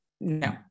no